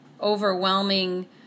overwhelming